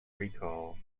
recall